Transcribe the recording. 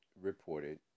reported